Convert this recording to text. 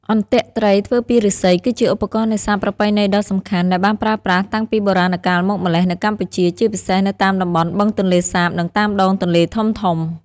អន្ទាក់ត្រីធ្វើពីឫស្សី គឺជាឧបករណ៍នេសាទប្រពៃណីដ៏សំខាន់ដែលបានប្រើប្រាស់តាំងពីបុរាណកាលមកម្ល៉េះនៅកម្ពុជា ជាពិសេសនៅតាមតំបន់បឹងទន្លេសាប និងតាមដងទន្លេធំៗ។